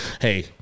hey